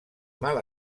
mal